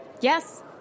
Yes